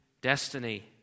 destiny